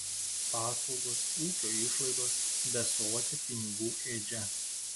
paslaugos ūkio išlaidos besotė pinigų ėdžia